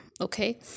okay